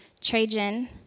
Trajan